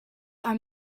are